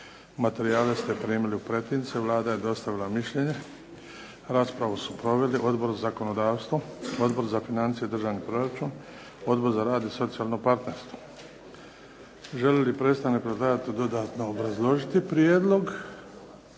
Materijale ste primili u pretince. Vlada je dostavila mišljenje. Raspravu su proveli Odbor za zakonodavstvo, Odbor za financije i državni proračun, Odbor za rad i socijalno partnerstvo. Želi li predstavnik predlagatelja dodatno obrazložiti prijedlog?